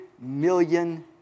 million